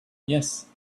yes